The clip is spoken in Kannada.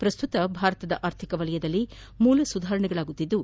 ಪ್ರಸ್ತುತ ಭಾರತದ ಅರ್ಥಿಕ ವಲಯದಲ್ಲಿ ಮೂಲ ಸುಧಾರಣೆಗಳಾಗುತ್ತಿದ್ದು